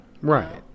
Right